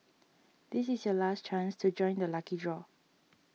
this is your last chance to join the lucky draw